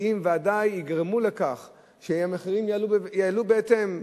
שוודאי יגרמו לכך שהמחירים יעלו בהתאם.